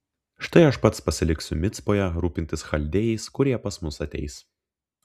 štai aš pats pasiliksiu micpoje rūpintis chaldėjais kurie pas mus ateis